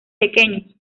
pequeños